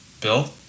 Bill